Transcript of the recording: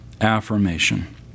affirmation